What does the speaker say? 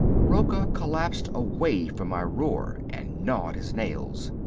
rocca collapsed away from my roar and gnawed his nails.